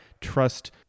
trust